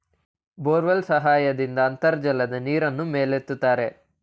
borewell ಸಹಾಯದಿಂದ ಅಂತರ್ಜಲದ ನೀರನ್ನು ಮೇಲೆತ್ತುತ್ತಾರೆ